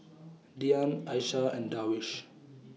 Dian Aishah and Darwish